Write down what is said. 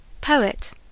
Poet